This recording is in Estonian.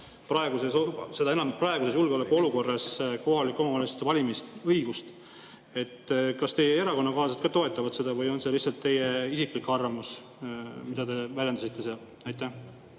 praeguses julgeolekuolukorras kohalike omavalitsuste valimise õigust. Kas teie erakonnakaaslased ka toetavad seda või on see lihtsalt teie isiklik arvamus, mida te väljendasite seal? Tänan,